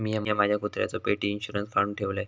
मिया माझ्या कुत्र्याचो पेट इंशुरन्स काढुन ठेवलय